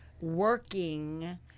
working